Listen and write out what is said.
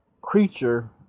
creature